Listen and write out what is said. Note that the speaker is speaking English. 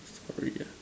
story ah